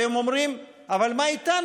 והם אומרים: אבל מה איתנו?